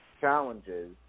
challenges